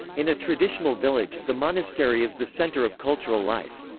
in a traditional village, the monastery is the centre of cultural life.